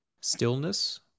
stillness